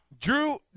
Drew